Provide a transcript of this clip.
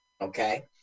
Okay